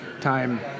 time